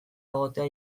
egotea